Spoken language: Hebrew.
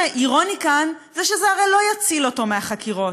מה שאירוני כאן זה שזה הרי לא יציל אותו מהחקירות.